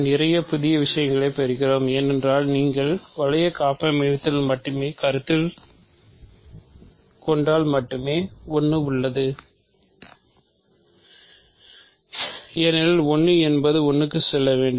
நாம் நிறைய புதிய விசயங்களை பெறுகிறோம் ஏனென்றால் நீங்கள் வளைய காப்பமைவியத்தை மட்டுமே கருத்தில் கொண்டால் மட்டுமே 1 உள்ளது ஏனெனில் 1 என்பது 1 க்கு செல்ல வேண்டும்